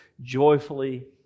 joyfully